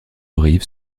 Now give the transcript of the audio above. rive